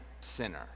sinner